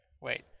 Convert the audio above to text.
Wait